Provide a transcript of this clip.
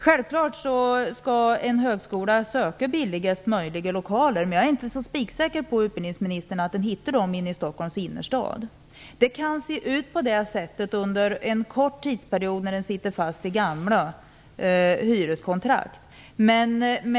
Självfallet skall en högskola söka billigast möjliga lokaler. Men jag är inte så säker på att man hittar dem i Stockholms innerstad, utbildningsministern. Det kan se ut så under en kort tidsperiod när man sitter fast i gamla hyreskontrakt.